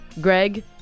Greg